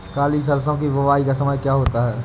काली सरसो की बुवाई का समय क्या होता है?